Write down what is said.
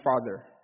Father